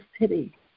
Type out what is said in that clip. city